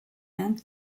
and